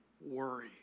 worry